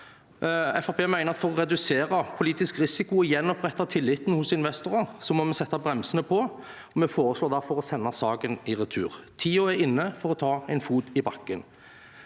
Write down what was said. mener at for å redusere politisk risiko og gjenopprette tilliten hos investorer må vi sette bremsene på. Vi foreslår derfor å sende saken i retur. Tiden er inne for å ta en fot i bakken.